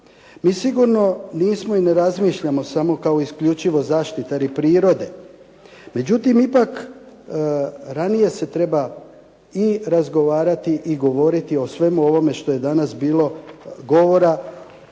Mi sigurno nismo i ne razmišljamo samo kao isključivo zaštitari prirode, međutim ipak ranije se treba i razgovarati i govoriti o svemu ovome što je danas bilo govora,